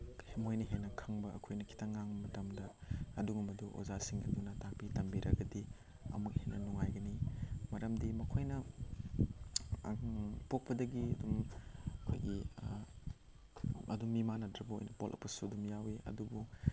ꯀꯩꯁꯨ ꯃꯣꯏꯅ ꯍꯦꯟꯅ ꯈꯪꯕ ꯑꯩꯈꯣꯏꯅ ꯈꯤꯇꯪ ꯉꯥꯡ ꯃꯇꯝꯗ ꯑꯗꯨꯒꯨꯝꯕꯗꯨ ꯑꯣꯖꯥꯁꯤꯡ ꯑꯗꯨꯅ ꯇꯥꯛꯄꯤ ꯇꯝꯕꯤꯔꯒꯗꯤ ꯑꯃꯨꯛ ꯍꯦꯟꯅ ꯅꯨꯡꯉꯥꯏꯒꯅꯤ ꯃꯔꯝꯗꯤ ꯃꯈꯣꯏꯅ ꯄꯣꯛꯄꯗꯒꯤ ꯑꯗꯨꯝ ꯑꯩꯈꯣꯏꯒꯤ ꯑꯗꯨꯝ ꯃꯤꯃꯥꯟꯅꯗ꯭ꯔꯕ ꯑꯣꯏꯅ ꯄꯣꯛꯂꯛꯄꯁꯨ ꯑꯗꯨꯝ ꯌꯥꯎꯋꯤ ꯑꯗꯨꯕꯨ